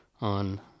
on